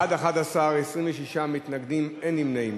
בעד, 11, 26 מתנגדים, אין נמנעים.